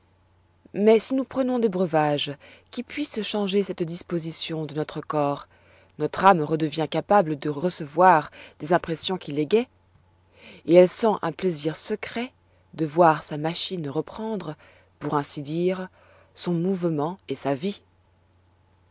mais si nous prenons des breuvages qui puissent changer cette disposition de notre corps notre âme redevient capable de recevoir des impressions qui l'égayent et elle sent un plaisir secret de voir sa machine reprendre pour ainsi dire son mouvement et sa vie